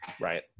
Right